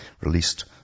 released